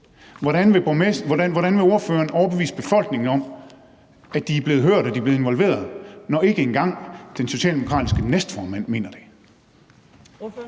Hvordan vil ordføreren overbevise befolkningen om, at de er blevet hørt og de er blevet involveret, når ikke engang den socialdemokratiske næstformand mener det?